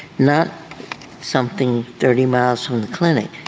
not something thirty miles from the clinic.